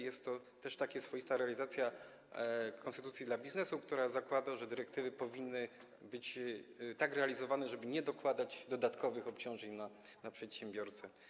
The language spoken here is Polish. Jest to też taka swoista realizacja konstytucji dla biznesu, która zakłada, że dyrektywy powinny być realizowane tak, żeby nie nakładać dodatkowych obciążeń na przedsiębiorcę.